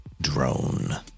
drone